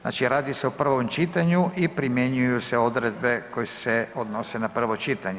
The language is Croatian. Znači radi se o prvom čitanju i primjenjuju se odredbe koje se odnose na prvo čitanje.